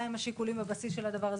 מה השיקולים בבסיס של הדבר הזה.